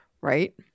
right